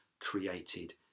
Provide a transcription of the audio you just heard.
created